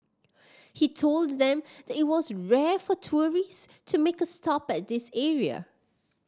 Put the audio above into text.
he told them that it was rare for tourist to make a stop at this area